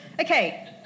Okay